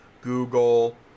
Google